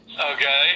Okay